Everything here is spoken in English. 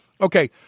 okay